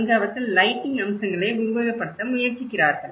அங்கு அவர்கள் லைட்டிங் அம்சங்களை உருவகப்படுத்த முயற்சிக்கிறார்கள்